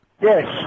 Yes